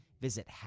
Visit